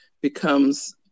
becomes